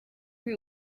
lui